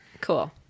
cool